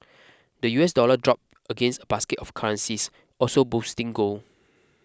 the U S dollar dropped against a basket of currencies also boosting gold